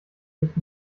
sich